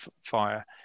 fire